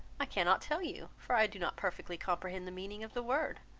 i cannot tell you, for i do not perfectly comprehend the meaning of the word.